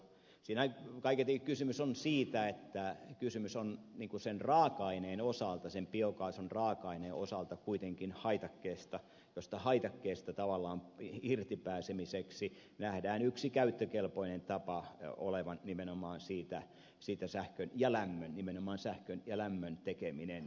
siinä kaiketi kysymys on siitä että kysymys on sen biokaasun raaka aineen osalta kuitenkin haitakkeesta josta tavallaan irti pääsemiseksi nähdään yhden käyttökelpoisen tavan olevan nimenomaan siitä sähkön ja lämmön nimenomaan sähkön ja lämmön tekeminen